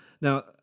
Now